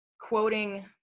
quoting